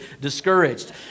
discouraged